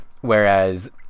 whereas